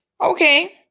Okay